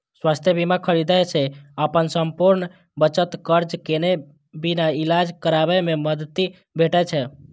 स्वास्थ्य बीमा खरीदै सं अपन संपूर्ण बचत खर्च केने बिना इलाज कराबै मे मदति भेटै छै